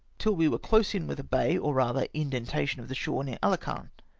till we were close in with a bay, or rather indentation of the shore near ahcant,